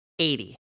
80